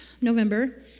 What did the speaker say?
November